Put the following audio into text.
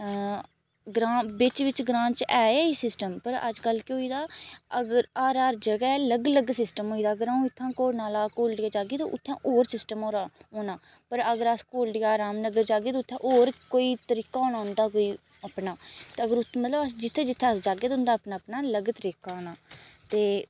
ग्रांऽ बिच्च बिच्च ग्रांऽ च ऐ एह् सिस्टम पर अज्जकल केह् होई गेदा अगर हर हर जगह् अलग अलग सिस्टम होई गेदा अगर अ'ऊं इत्थुं कोड़ नाला कोल जाह्गै उत्थें होर सिस्टम होरा होना पर अगर अस कोलडिया रामनगर जाह्गे ते उत्थें होर कोई तरीका होना उं'दा कोई अपना अगर ते मतलब अस जित्थें जित्थें जाह्गे उं'दा अपना अपना अलग तरीका होना ते